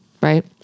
right